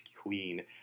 queen